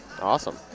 Awesome